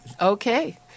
Okay